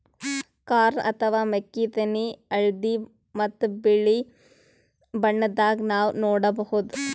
corn ಅಥವಾ ಮೆಕ್ಕಿತೆನಿ ಹಳ್ದಿ ಮತ್ತ್ ಬಿಳಿ ಬಣ್ಣದಾಗ್ ನಾವ್ ನೋಡಬಹುದ್